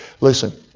Listen